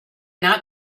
not